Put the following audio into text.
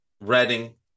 Reading